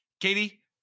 Katie